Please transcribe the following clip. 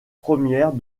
première